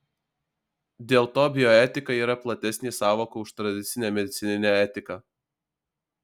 dėl to bioetika yra platesnė sąvoka už tradicinę medicininę etiką